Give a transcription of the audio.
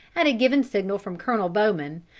at a given signal from colonel bowman,